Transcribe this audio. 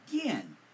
again